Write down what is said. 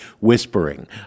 whispering